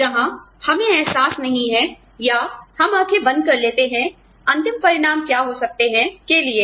जहां हमें एहसास नहीं है या हम आँखें बंद कर लेते हैं अंतिम परिणाम क्या हो सकते हैं के लिये